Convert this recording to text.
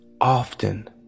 often